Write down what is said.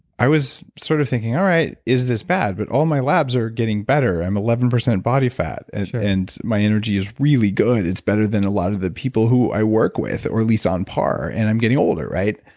i was sort of thinking, all right, is this bad? but all my labs are getting better. i'm eleven percent body fat and and my energy is really good. it's better than a lot of the people who i work with, or at least on par, and i'm getting older, right?